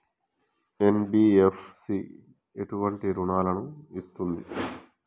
NBFC ఎటువంటి రుణాలను ఇస్తుంది?